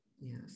Yes